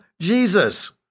Jesus